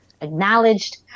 acknowledged